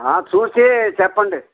చూసి చెప్పండి